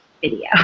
video